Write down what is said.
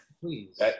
Please